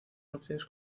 nupcias